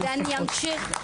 ואני אמשיך,